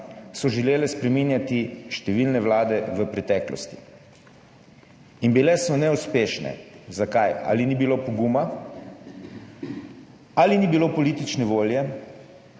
so želele spreminjati številne vlade v preteklosti in bile so neuspešne. Zakaj? Ali ni bilo poguma, ali ni bilo politične volje,